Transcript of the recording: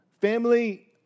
Family